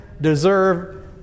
deserve